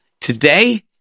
Today